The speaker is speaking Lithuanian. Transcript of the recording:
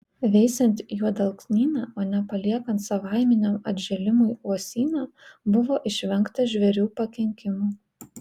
veisiant juodalksnyną o ne paliekant savaiminiam atžėlimui uosyną buvo išvengta žvėrių pakenkimų